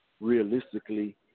realistically